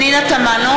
בעד פנינה תמנו,